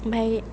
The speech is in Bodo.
ओमफ्राय